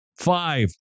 Five